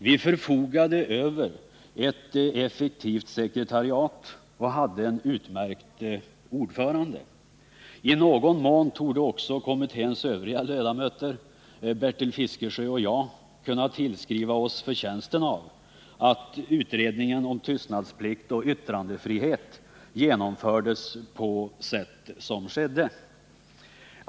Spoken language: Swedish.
Vi förfogade över ett effektivt sekretariat och hade en utmärkt ordförande. I någon mån torde också kommitténs övriga ledamöter, Bertil Fiskesjö och jag, kunna tillskrivas förtjänsten av att utredningen om tystnadsplikt och yttrandefrihet genomfördes på sätt som skedde.